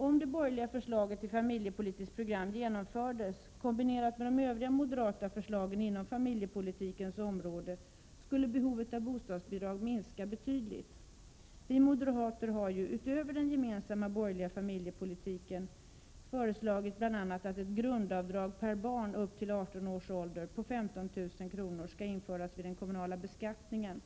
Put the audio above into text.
Om det borgerliga förslaget till familjepolitiskt program skulle genomföras, kombinerat med de övriga moderata förslagen inom familjepolitikens område, skulle behovet av bostadsbidrag minska betydligt. Vi moderater har ju, utöver den gemensamma borgerliga familjepolitiken, föreslagit bl.a. att ett grundavdrag per barn upp till 18 års ålder på 15 000 kr. skall införas vid den kommunala beskattningen.